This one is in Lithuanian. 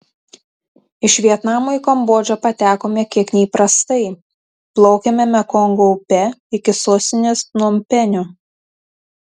iš vietnamo į kambodžą patekome kiek neįprastai plaukėme mekongo upe iki sostinės pnompenio